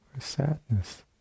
Sadness